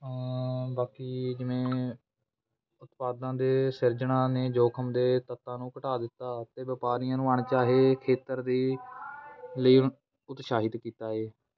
ਬਾਕੀ ਜਿਵੇਂ ਉਤਪਾਦਾਂ ਦੇ ਸਿਰਜਣਾ ਨੇ ਜੋਖਮ ਦੇ ਤੱਤਾਂ ਨੂੰ ਘਟਾ ਦਿੱਤਾ ਅਤੇ ਵਪਾਰੀਆਂ ਨੂੰ ਅਣਚਾਹੇ ਖੇਤਰ ਦੇ ਲਈ ਉਤਸ਼ਾਹਿਤ ਕੀਤਾ ਹੈ